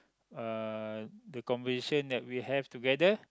uh the conversation that we have together